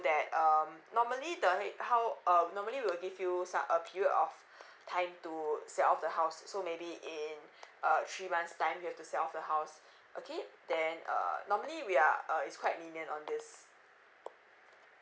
that um normally the ha~ how um normally we'll give you sa~ a period of time to sell off the house so maybe in uh three months time you have to sell off the house okay then err normally we are err is quite lenient on this